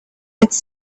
its